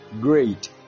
Great